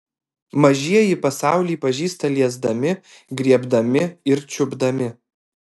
mažieji pasaulį pažįsta liesdami griebdami ir čiupdami